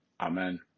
Amen